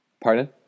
Pardon